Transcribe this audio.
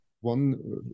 one